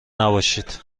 نباشید